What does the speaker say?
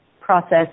process